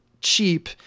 cheap